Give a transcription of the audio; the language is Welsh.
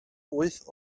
wyth